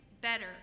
better